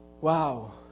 Wow